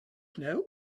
know